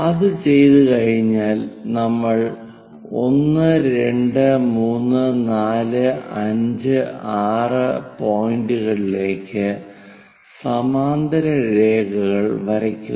അത് ചെയ്തുകഴിഞ്ഞാൽ നമ്മൾ 1 2 3 4 5 6 പോയിന്റുകളിലേക്ക് സമാന്തര രേഖകൾ വരയ്ക്കുന്നു